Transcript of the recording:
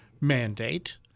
mandate